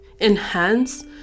enhance